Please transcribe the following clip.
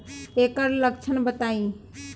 एकर लक्षण बताई?